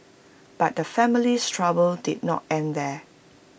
but the family's trouble did not end there